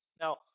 Now